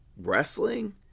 Wrestling